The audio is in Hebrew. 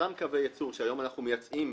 אותם קווי ייצור שהיום אנחנו מייצאים